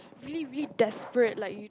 really really desperate like you